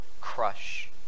crush